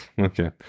Okay